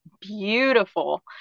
beautiful